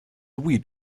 weed